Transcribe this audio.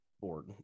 board